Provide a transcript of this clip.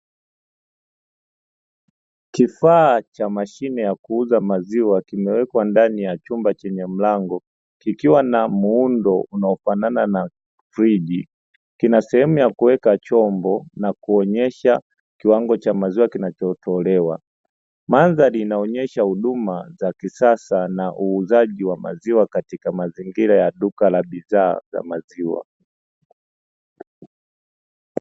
Kifaa cha mashine ya kuuza maziwa kimewekwa ndani ya chumba chenye mlango kikiwa na muundo unaofanana na friji, kina sehemu ya kuweka chombo na kuonyesha kiwango cha maziwa kinachotolewa. Mandhari inaonyesha huduma za kisasa na uuzaji wa maziwa katika mazingira ya duka la bidhaa za maziwa.